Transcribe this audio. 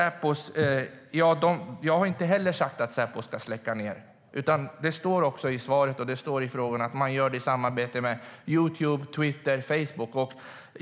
Jag har inte sagt att Säpo ska släcka ned hemsidor. Det står i svaret och i frågorna att man gör det i samarbete med Youtube, Twitter och Facebook.